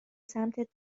سمتت